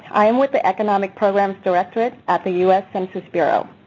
i am with the economic programs directorate at the us census bureau.